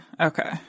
okay